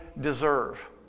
deserve